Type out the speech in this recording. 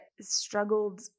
struggled